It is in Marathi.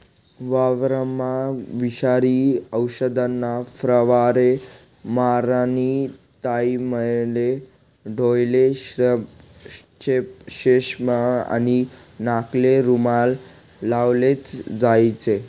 वावरमा विषारी औषधना फवारा मारानी टाईमले डोयाले चष्मा आणि नाकले रुमाल लावलेच जोईजे